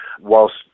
Whilst